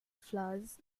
flowers